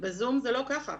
בזום זה לא כך.